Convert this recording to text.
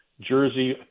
Jersey